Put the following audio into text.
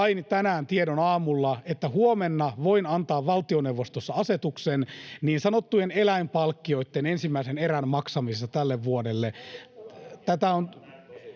tänään aamulla, että huomenna voin antaa valtioneuvostossa asetuksen niin sanottujen eläinpalkkioitten ensimmäisen erän maksamisesta tälle vuodelle.